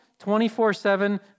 24-7